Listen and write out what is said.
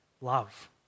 love